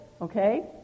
okay